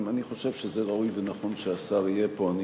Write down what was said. אני חושב שזה ראוי ונכון שהשר יהיה פה.